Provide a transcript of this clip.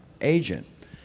agent